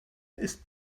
ist